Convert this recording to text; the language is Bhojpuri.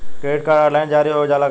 क्रेडिट कार्ड ऑनलाइन जारी हो जाला का?